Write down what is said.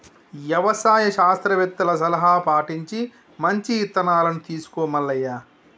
యవసాయ శాస్త్రవేత్తల సలహా పటించి మంచి ఇత్తనాలను తీసుకో మల్లయ్య